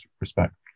respect